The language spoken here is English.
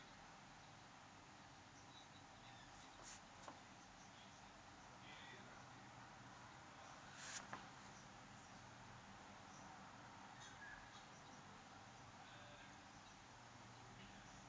mm